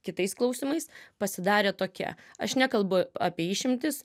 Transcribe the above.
kitais klausimais pasidarė tokia aš nekalbu apie išimtis